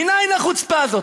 מנין החוצפה הזאת?